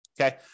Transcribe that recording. Okay